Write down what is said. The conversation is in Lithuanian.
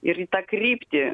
ir į tą kryptį